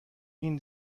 این